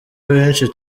abenshi